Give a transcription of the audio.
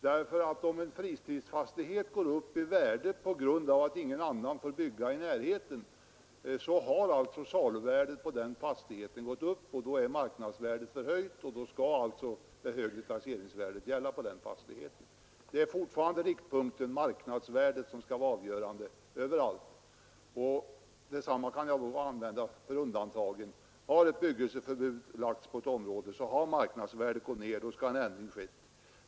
Om saluvärdet på en fritidsfastighet går upp på grund av att byggnadsförbud gäller för fastigheter i närheten, skall ett högre taxeringsvärde gälla för denna fritidsfastighet. Riktpunkten är fortfarande att marknadsvärdet skall vara avgörande överallt. Detsamma kan gälla för undantagen. Har ett bebyggelseförbud införts inom ett område så att markvärdet minskat, skall en ändring ske i taxeringsvärdet.